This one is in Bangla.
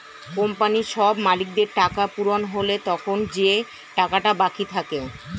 কোম্পানির সব মালিকদের টাকা পূরণ হলে তখন যে টাকাটা বাকি থাকে